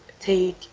take